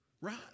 right